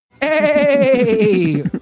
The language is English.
hey